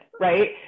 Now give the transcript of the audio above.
right